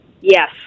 yes